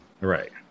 Right